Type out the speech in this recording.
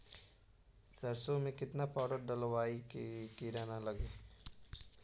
सरसों में केतना पाउडर डालबइ कि किड़ा न लगे?